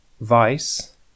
Vice